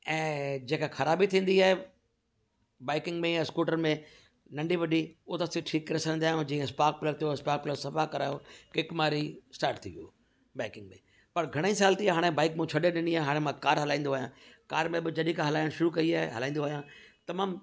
ऐं जेका ख़राबी थींदी आहे बाइकिनि में या स्कूटर में नंढी वॾी उहो त असां ठीकु करे सघंदा आहियूं जीअं स्पाक प्लग थियो स्पाक प्लग सफ़ा करायो किक मारी स्टाट थी वियो बाइकिनि में पर घणा ई साल थी विया बाइक हाणे मूं छॾे ॾिनी आहे हाणे मां कार हलाईंदो आहियां कार में बि जॾहिं खां हलाइण शुरू कई आहे हलाईंदो आहियां तमामु